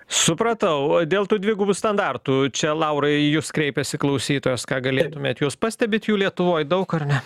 supratau dėl tų dvigubų standartų čia laurai į jus kreipėsi klausytojas ką galėtumėt jūs pastebit jų lietuvoj daug ar ne